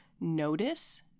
notice